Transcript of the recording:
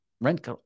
rent